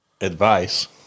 advice